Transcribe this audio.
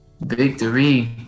Victory